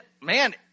man